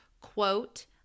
quote